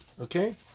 okay